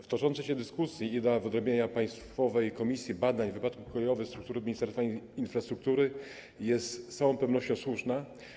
W toczącej się dyskusji idea wyodrębnienia Państwowej Komisji Badania Wypadków Kolejowych ze struktury Ministerstwa Infrastruktury jest z całą pewnością słuszna.